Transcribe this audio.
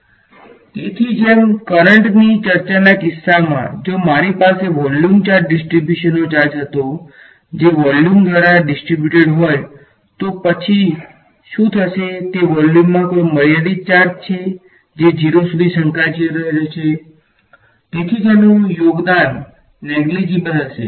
બરાબર તેથી જેમ કરંટ્ની ચર્ચાના કિસ્સામાં જો મારી પાસે વોલ્યુમ ચાર્જ ડીસ્ટ્રીબ્યુશનનો હશે